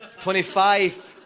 25